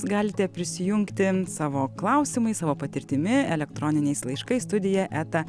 galite prisijungti savo klausimais savo patirtimi elektroniniais laiškais studija eta